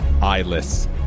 eyeless